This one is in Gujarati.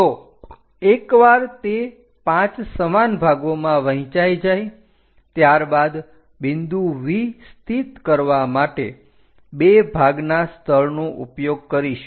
તો એકવાર તે 5 સમાન ભાગોમાં વહેંચાઇ જાય ત્યારબાદ બિંદુ V સ્થિત કરવા માટે 2 ભાગના સ્થળનું ઉપયોગ કરીશું